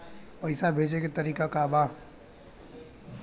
पैसा भेजे के तरीका का बा?